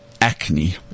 acne